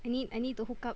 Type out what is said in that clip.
I need I need to hook up